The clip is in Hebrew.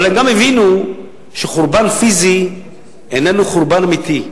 אבל הם גם הבינו שחורבן פיזי איננו חורבן אמיתי.